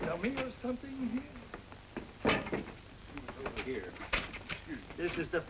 owe me something here this is the